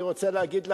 אני רוצה להגיד לכם,